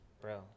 bro